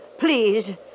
Please